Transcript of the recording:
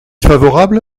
favorable